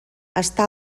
està